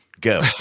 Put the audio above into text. Go